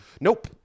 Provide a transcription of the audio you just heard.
Nope